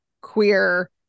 queer